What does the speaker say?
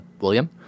William